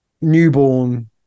newborn